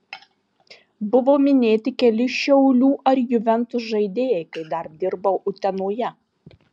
buvo minėti keli šiaulių ar juventus žaidėjai kai dar dirbau utenoje